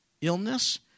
illness